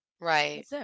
Right